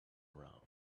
around